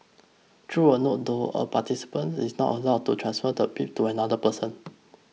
a note though a participant is not allowed to transfer the bib to another person